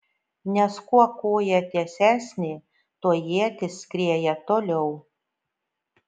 nes kuo koja tiesesnė tuo ietis skrieja toliau